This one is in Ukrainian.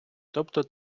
тобто